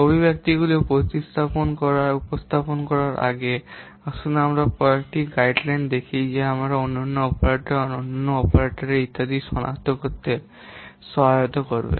অভিব্যক্তিগুলি উপস্থাপন করার আগে আসুন আমরা প্রথমে কয়েকটি গাইডলাইন দেখি যা আমাদের অনন্য অপারেটরগুলি অনন্য অপারেটরদের ইত্যাদি সনাক্ত করতে সহায়তা করবে